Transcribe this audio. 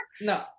No